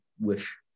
wish